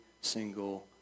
single